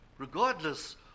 regardless